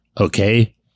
okay